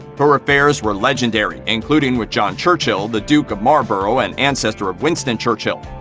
her affairs were legendary, including with john churchill, the duke of marlborough and ancestor of winston churchill.